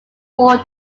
four